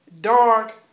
dark